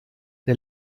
der